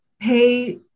pay